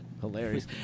Hilarious